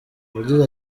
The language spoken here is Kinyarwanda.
yagize